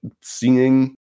seeing